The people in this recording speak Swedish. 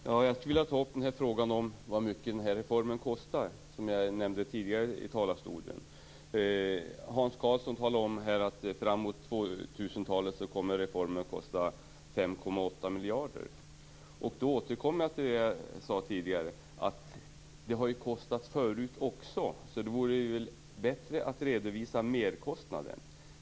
Fru talman! Jag vill ta upp frågan om kostnaden för reformen. Hans Karlsson sade att fram till 2000 talet kommer den att kosta 5,8 miljarder. Då återkommer jag till det som jag sade, nämligen att reformen ju har kostat tidigare också. Det vore bättre att redovisa merkostnaden.